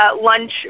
lunch